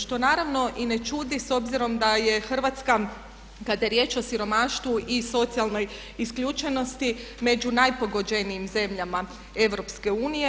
Što naravno i ne čudi s obzirom da je Hrvatska kada je riječ o siromaštvu i socijalnoj isključenosti među najpogođenijim zemljama EU.